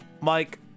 Mike